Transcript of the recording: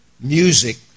music